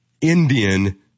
Indian